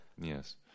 Yes